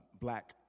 black